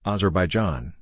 Azerbaijan